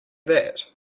that